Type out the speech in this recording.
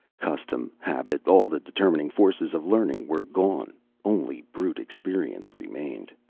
custom, habit, all the determining forces of learning were gone only brute experience remained.